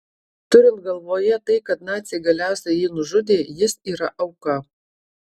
turint galvoje tai kad naciai galiausiai jį nužudė jis yra auka